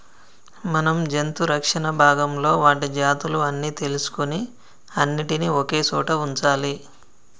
మనం జంతు రక్షణ భాగంలో వాటి జాతులు అన్ని తెలుసుకొని అన్నిటినీ ఒకే సోట వుంచాలి